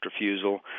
refusal